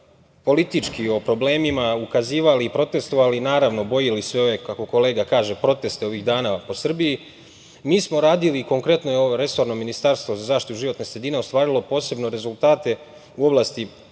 politički o problemima, ukazivali, protestovali, naravno bojili sve ove, kako kolega kaže, proteste ovih dana po Srbiji, mi smo radili. Konkretno, evo resorno Ministarstvo za zaštitu životne sredine ostvarilo je posebne rezultate u oblasti